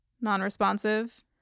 non-responsive